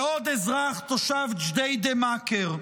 ועוד אזרח תושב ג'דיידה-מכר,